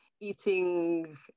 Eating